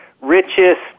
richest